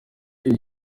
iyi